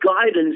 guidance